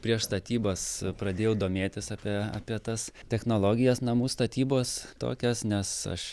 prieš statybas pradėjau domėtis apie apie tas technologijas namų statybos tokias nes aš